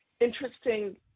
interesting